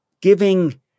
giving